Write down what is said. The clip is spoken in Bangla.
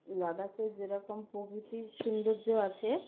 লাদাখে যেরকম প্রকৃতির সৌন্দর্য আছে